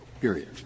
period